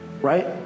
right